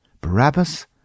Barabbas